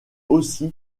aussi